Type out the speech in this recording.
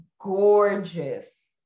gorgeous